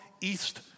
east